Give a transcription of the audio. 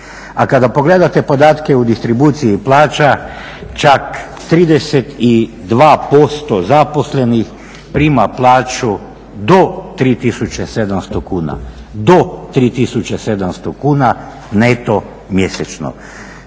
A kada pogledate podatke u distribuciji plaća čak 32% zaposlenih prima plaću do 3700 kuna, do 3700 kuna neto mjesečno.